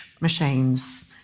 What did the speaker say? machines